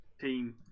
team